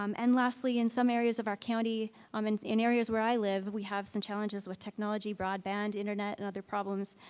um and lastly, in some areas of our county, um and in areas where i live, we have some challenges with technology, broadband, internet and other problems.